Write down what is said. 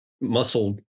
muscle